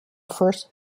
first